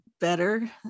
better